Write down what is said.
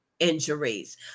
injuries